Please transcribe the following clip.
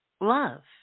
love